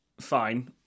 fine